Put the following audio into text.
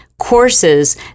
courses